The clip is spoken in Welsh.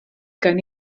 gan